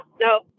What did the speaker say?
No